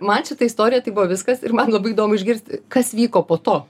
man šita istorija tai buvo viskas ir man labai įdomu išgirsti kas vyko po to